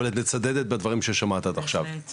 אבל את מצדדת בדברים ששמעת עד עכשיו, נכון?